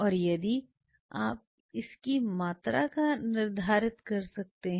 और यदि आप इसकी मात्रा निर्धारित कर सकते हैं